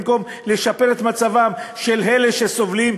במקום לשפר את מצבם של אלה שסובלים,